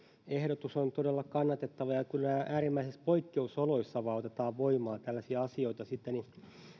ehdotus on todella kannatettava ja kyllä kun vain äärimmäisissä poikkeusoloissa otetaan voimaan tällaisia asioita niin